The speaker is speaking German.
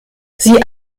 sie